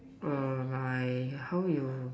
err my how your